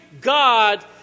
God